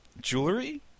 Jewelry